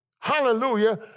hallelujah